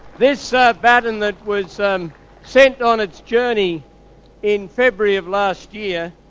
this baton, that was um sent on its journey in february of last year,